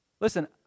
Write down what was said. listen